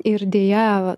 ir deja